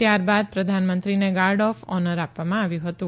ત્યારબાદ પ્રધાનમંત્રીને guard of honour આપવામાં આવ્યું હતું